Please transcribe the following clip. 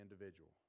individual